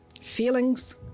feelings